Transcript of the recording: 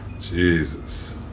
Jesus